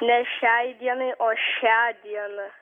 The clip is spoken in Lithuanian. ne šiai dienai o šią dieną